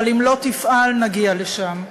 אבל אם לא תפעל, נגיע לשם.